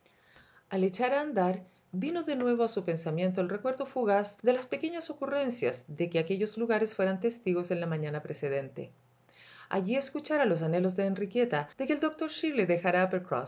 al echar a andar vino de nuevo a su pensamiento el recuerdo fugaz de las pequeñas ocurrencias de que aquellos lugares fueran testigos en la mañana precedente allí escuchara los anhelos de enriqueta de que el doctor shirley dejara